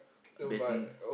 betting